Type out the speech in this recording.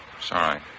Sorry